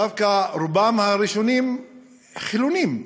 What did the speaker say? דווקא הראשונים היו חילונים רובם,